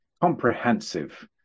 Comprehensive